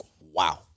wow